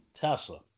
Tesla